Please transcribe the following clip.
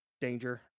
Danger